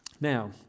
Now